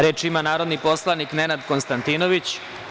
Reči ima narodni poslanik Nenad Konstantinović.